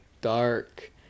dark